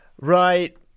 Right